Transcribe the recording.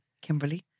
Kimberly